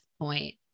point